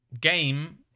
game